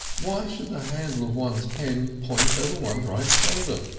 why should the handle of one's pen point over one's right shoulder?